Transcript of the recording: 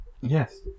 Yes